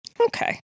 Okay